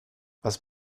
was